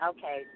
Okay